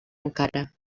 encara